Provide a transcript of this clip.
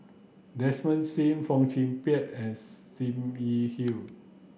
Desmond Sim Fong Chong Pik and Sim Yi Hui